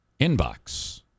Inbox